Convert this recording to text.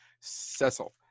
Cecil